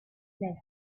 left